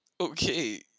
okay